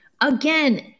Again